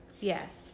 Yes